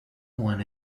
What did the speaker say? one